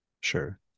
Sure